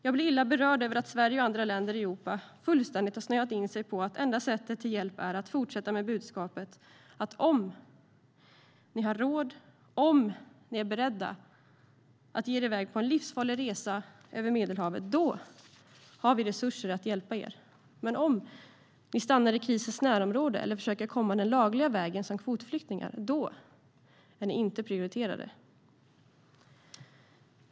Jag blir illa berörd över att Sverige och andra länder i Europa fullständigt har snöat in sig på att enda sättet att hjälpa är att fortsätta med budskapet att om de har råd, om de är beredda att ge sig iväg på en livsfarlig resa över Medelhavet, då finns resurser att hjälpa dem, men om de stannar i krisens närområde eller försöker komma den lagliga vägen som kvotflyktingar, då är de inte prioriterade.